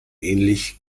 ähnlich